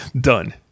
Done